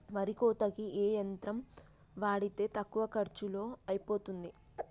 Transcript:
వరి కోతకి ఏ యంత్రం వాడితే తక్కువ ఖర్చులో అయిపోతుంది?